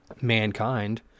mankind